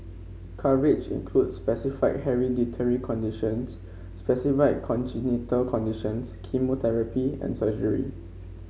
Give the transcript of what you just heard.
coverage includes specified hereditary conditions specified congenital conditions chemotherapy and surgery